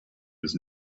his